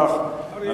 אוקיי.